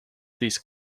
these